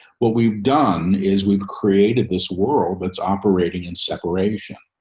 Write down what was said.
what we've done is we've created this world that's operating in separation